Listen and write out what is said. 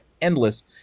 endless